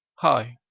hi,